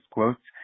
Quotes